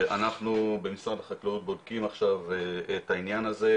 ואנחנו במשרד החקלאות בודקים עכשיו את העניין הזה,